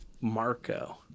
Marco